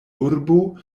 urbo